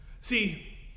See